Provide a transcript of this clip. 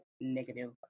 negative